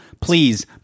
Please